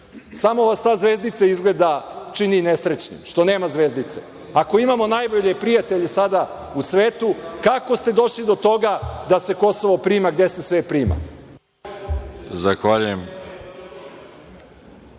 Samo vas ta zvezdica izgleda čini nesrećnim, što nema zvezdice. Ako imamo najbolje prijatelje sada u svetu, kako ste došli do toga da se Kosov prima, gde se sve prima